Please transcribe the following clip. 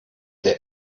der